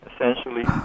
essentially